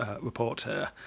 reporter